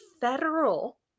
federal